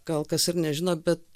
gal kas ir nežino bet